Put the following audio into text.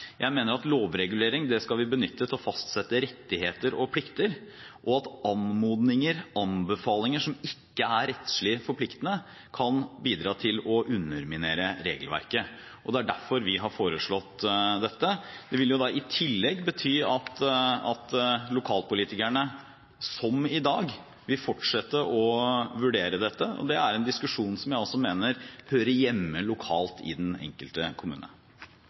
Jeg mener at lovregulering skal vi benytte til å fastsette rettigheter og plikter, og at anmodninger og anbefalinger som ikke er rettslig forpliktende, kan bidra til å underminere regelverket. Det er derfor vi har foreslått dette. Det vil i tillegg bety at lokalpolitikerne, som i dag, vil fortsette å vurdere dette. Det er en diskusjon som jeg altså mener hører hjemme lokalt i den enkelte kommune.